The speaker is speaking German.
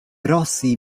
rossi